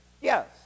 Yes